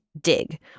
Dig